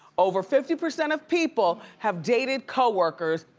over fifty percent of people have dated co-workers,